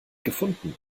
gefunden